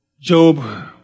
Job